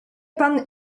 pan